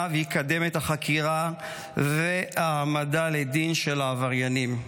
ויקדם את החקירה וההעמדה לדין של העבריינים.